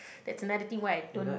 that's another thing why I don't